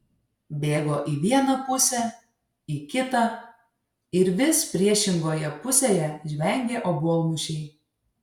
bėgo į vieną pusę į kitą ir vis priešingoje pusėje žvengė obuolmušiai